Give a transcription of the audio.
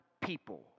people